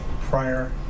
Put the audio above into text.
prior